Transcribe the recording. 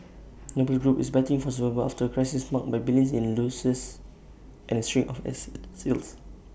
noble group is battling for survival after A crisis marked by billions in losses and A string of asset sales